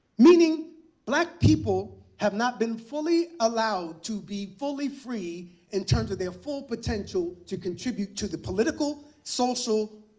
meaning black people have not been fully allowed to be fully free in terms of their full potential to contribute to the political, social,